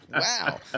Wow